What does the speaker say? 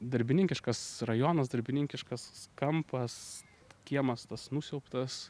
darbininkiškas rajonas darbininkiškas kampas kiemas tas nusiaubtas